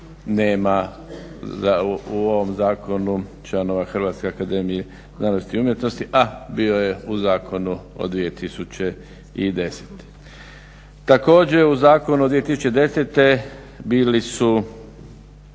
nema u ovom zakonu članova Hrvatske akademije znanosti i umjetnosti, a bio je u zakonu od 2010. Također u Zakonu od 2010. bili su